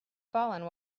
fallen